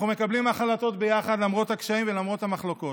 אנחנו מקבלים החלטות ביחד למרות הקשיים ולמרות המחלוקות.